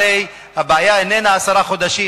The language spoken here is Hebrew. הרי הבעיה איננה עשרה חודשים,